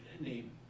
name